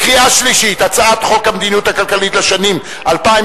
הצעת החוק המדיניות הכלכלית לשנים 2011